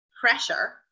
pressure